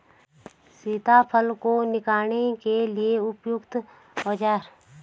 सीताफल को निकालने के लिए उपयुक्त औज़ार?